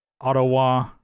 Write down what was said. Ottawa